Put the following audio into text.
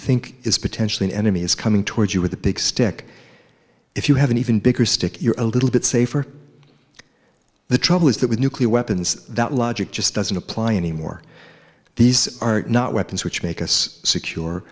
think is potentially an enemy is coming towards you with a big stick if you have an even bigger stick you're a little bit safer the trouble is that with nuclear weapons that logic just doesn't apply anymore these are not weapons which make us secure